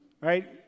right